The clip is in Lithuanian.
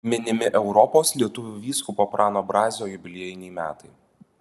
minimi europos lietuvių vyskupo prano brazio jubiliejiniai metai